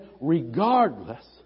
regardless